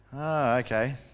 Okay